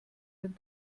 den